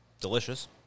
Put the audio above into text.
delicious